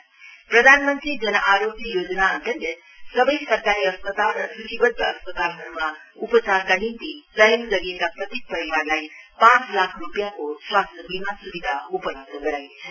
वहाँले भन्न्भयो प्रधान मंत्री जन आरोग्य योजना अन्तर्गत सवै सरकारी अस्पताल र सूचिबद्ध अस्पतालहरुमा उपचारका निम्ति चयन गरिएका प्रत्येक परिवारलाई पाँच लाख रुपियाँको स्वास्थ्य वीमा सुविधा उपलब्ध गराइनेछ